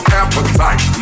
appetite